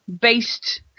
based